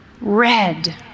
red